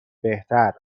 بهتر